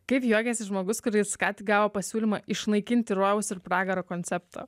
kaip juokiasi žmogus kuris ką tik gavo pasiūlymą išnaikinti rojaus ir pragaro konceptą